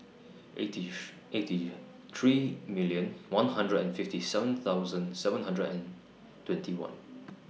eighty eighty three million one hundred and fifty seven thousand seven hundred and twenty one